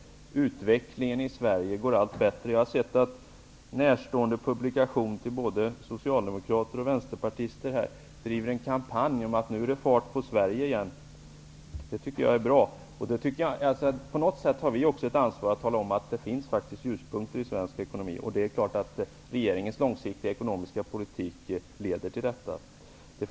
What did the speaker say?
Utvecklingen i Sverige går allt bättre. Jag har sett att man i en publikation, närstående både Socialdemokratin och Vänsterpartiet, driver en kampanj. Man säger att det nu är fart på Sverige igen. Det är bra. Vi har ansvaret att tala om att det faktiskt finns ljuspunkter i svensk ekonomi. Regeringens långsiktiga ekonomiska politik leder ju också till det.